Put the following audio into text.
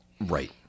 Right